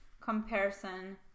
comparison